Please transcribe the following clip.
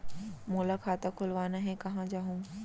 मोला खाता खोलवाना हे, कहाँ जाहूँ?